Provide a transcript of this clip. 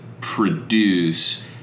produce